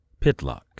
Pitlock